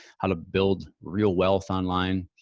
how to build real wealth online.